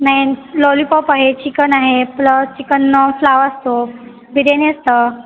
nine lollipop आहे chicken आहे plus chicken pulao असतो बिर्याणी असतं